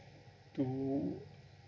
to